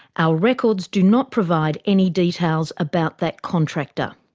our records do not provide any details about that contractor.